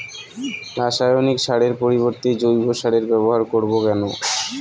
রাসায়নিক সারের পরিবর্তে জৈব সারের ব্যবহার করব কেন?